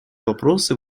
вопросы